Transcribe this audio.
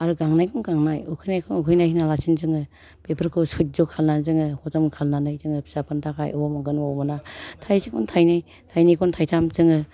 आरो गांनायखौ गांनाय उखैनायखौ उखैनाय होनालासेनो जोङो बेफोरखौ सयज' खालामनानै जोङो हजम खालामनानै जोङो फिसाफोरनि थाखाय अबाव मोनगोन अबाव मोना थायसेखौनो थाइनै थायनैखौ थायथाम जोङो